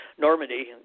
Normandy